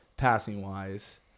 Passing-wise